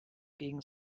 gegen